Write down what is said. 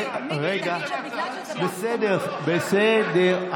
בסדר, בסדר.